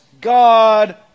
God